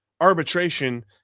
arbitration